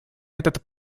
этот